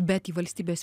bet į valstybės